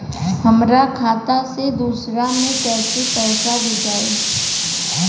हमरा खाता से दूसरा में कैसे पैसा भेजाई?